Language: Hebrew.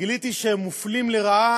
גיליתי שהם מופלים לרעה